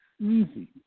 easy